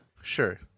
Sure